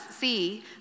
see